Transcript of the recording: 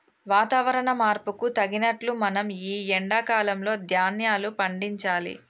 వాతవరణ మార్పుకు తగినట్లు మనం ఈ ఎండా కాలం లో ధ్యాన్యాలు పండించాలి